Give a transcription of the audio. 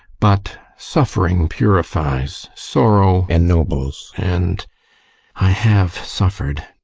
but suffering purifies, sorrow ennobles, and i have suffered!